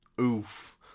Oof